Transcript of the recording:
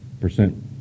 percent